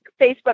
Facebook